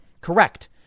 Correct